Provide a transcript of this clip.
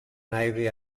navy